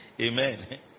Amen